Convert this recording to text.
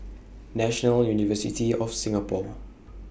National University of Singapore